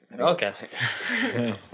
Okay